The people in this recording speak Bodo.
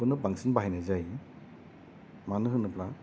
खौनो बांसिन बाहायनाय जायो मानो होनोब्ला